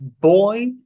Boy